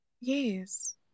Yes